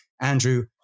andrew